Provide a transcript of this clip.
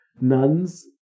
nuns